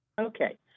Okay